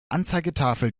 anzeigetafel